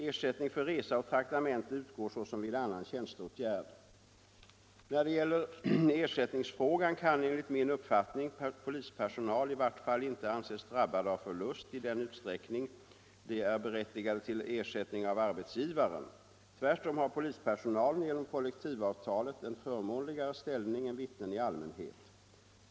Ersättning för resa och traktamente utgår såsom vid annan tjänsteåtgärd. När det gäller ersättningsfrågan kan enligt min uppfattning polispersonal i vart fall inte anses drabbad av förlust i den utsträckning att vederbörande är berättigad till ersättning av arbetsgivaren. Tvärtom har polispersonalen genom kollektivavtalet en förmånligare ställning än vittnen i allmänhet.